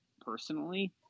personally